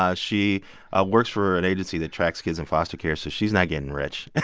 ah she ah works for an agency that tracks kids in foster care, so she's not getting rich.